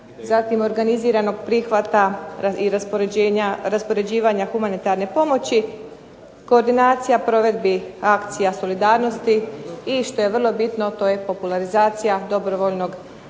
zatim organiziranog prihvata i raspoređivanja humanitarne pomoći, koordinacija provedbi akcija solidarnosti i što je vrlo bitno popularizacija dobrovoljnog davatelja